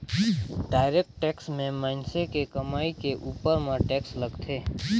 direct tax में मइनसे के कमई के उपर म टेक्स लगथे